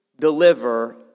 deliver